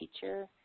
teacher